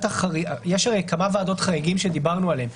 יש הרי כמה ועדות חריגים שדיברנו עליהם.